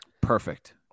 Perfect